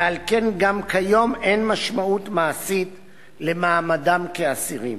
ועל כן גם כיום אין משמעות מעשית למעמדם כאסירים.